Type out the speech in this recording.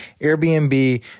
Airbnb